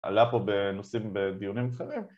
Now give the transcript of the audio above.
עלה פה בנושאים, בדיונים אחרים.